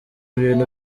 ibintu